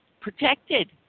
protected